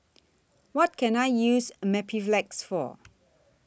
What Can I use Mepilex For